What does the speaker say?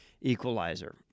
equalizer